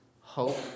hope